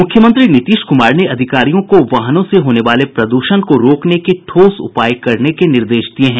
मुख्यमंत्री नीतीश कुमार ने अधिकारियों को वाहनों से होने वाले प्रद्षण को रोकने के ठोस उपाय करने के निर्देश दिये हैं